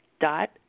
dot